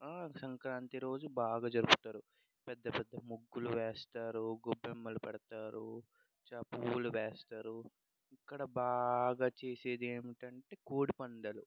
సంక్రాంతి రోజు బాగా జరుపుతారు పెద్ద పెద్ద ముగ్గులు వేస్తారు గొబ్బెమ్మలు పెడతారు పువ్వులు వేస్తారు ఇక్కడ బాగా చేసేది ఏమిటంటే కోడి పందాలు